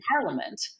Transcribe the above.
parliament